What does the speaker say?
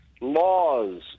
laws